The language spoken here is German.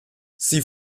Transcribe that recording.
sie